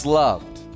loved. (